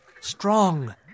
strong